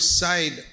side